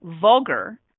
vulgar